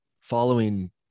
following